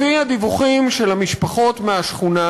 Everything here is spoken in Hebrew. לפי הדיווחים של המשפחות מהשכונה,